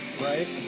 right